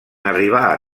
arribar